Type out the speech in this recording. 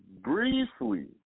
Briefly